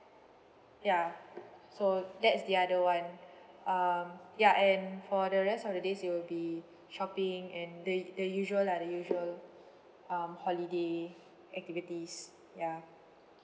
ya so that's the other one um ya and for the rest of the days it will be shopping and the the usual lah the usual um holiday activities ya